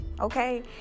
okay